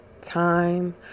time